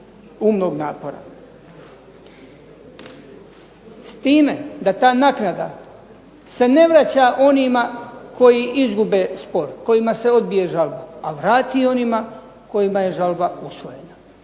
i umnog napora. S time da ta naknada se ne vraća onima koji izgube spor, kojima se odbija žalba, a vrati onima kojima je žalba usvojena.